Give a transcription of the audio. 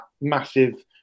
massive